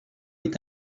est